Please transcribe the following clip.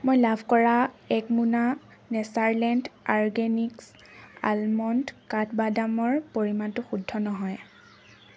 মই লাভ কৰা এক মোনা নেচাৰলেণ্ড অ'ৰগেনিকছ আলমণ্ড কাঠবাদামৰ পৰিমাণটো শুদ্ধ নহয়